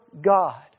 God